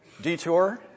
detour